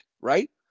right